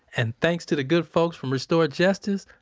and thanks to the good folks from restored justice,